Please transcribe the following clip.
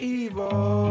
evil